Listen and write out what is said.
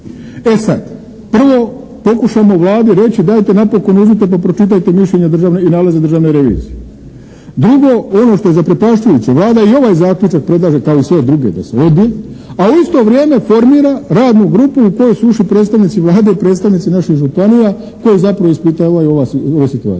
E sada, prvo pokušamo Vladi reći dajte napokon uzmite pa pročitajte mišljenje i nalaze Državne revizije. Drugo, ono što je zaprepašćujuće Vlada i ovaj zaključak predlaže kao i sve druge da se odbije a u isto vrijeme formira radnu grupu u koju su ušli predstavnici Vlade i predstavnici naših županija koji zapravo ispituju ove situacije.